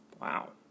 wow